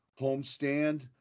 homestand